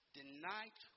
denied